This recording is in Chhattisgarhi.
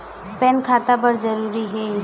पैन खाता बर जरूरी हे?